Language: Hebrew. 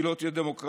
היא לא תהיה דמוקרטית.